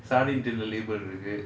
இருக்கு:irukku